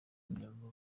umuryango